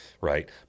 Right